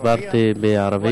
דיברתי בערבית